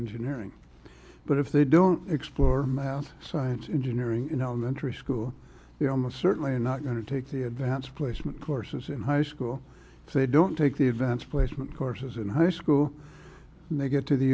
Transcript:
engineering but if they don't explore math science engineering in elementary school they almost certainly not going to take the advanced placement courses in high school so they don't take the advanced player courses in high school when they get to the